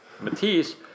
matisse